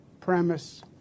premise